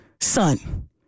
son